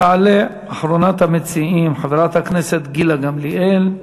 תעלה אחרונת המציעים, חברת הכנסת גילה גמליאל.